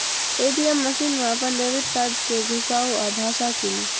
ATM machine मे अपन debit card कें घुसाउ आ भाषा चुनू